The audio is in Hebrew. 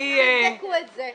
כן, תבדקו את זה.